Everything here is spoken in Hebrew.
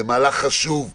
זה מהלך חשוב לאנשים,